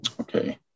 Okay